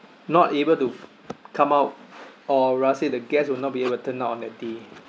not able to come out or rather say the guest will not be able turn out on that day